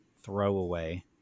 throwaway